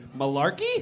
malarkey